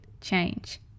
change